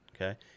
okay